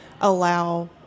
allow